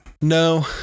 No